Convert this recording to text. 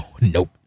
Nope